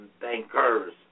bankers